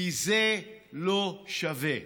כי זה לא שווה,